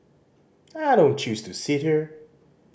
I don't choose to sit here